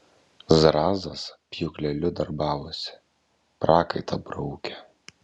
zrazas pjūkleliu darbavosi prakaitą braukė